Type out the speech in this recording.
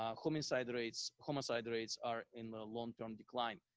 um homicide rates homicide rates are in long term decline.